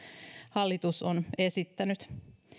hallitus on esittänyt